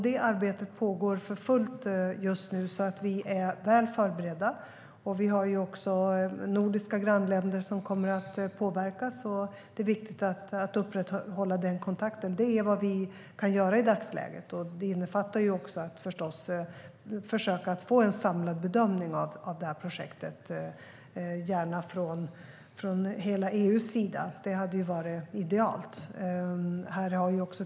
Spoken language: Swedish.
Det arbetet pågår för fullt just nu. Vi är alltså väl förberedda. Vi har också nordiska grannländer som kommer att påverkas. Det är viktigt att upprätthålla den kontakten. Det är vad vi kan göra i dagsläget. Det innefattar förstås också att vi ska försöka göra en samlad bedömning av projektet, gärna från hela EU:s sida. Det skulle vara idealt.